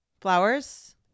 Flowers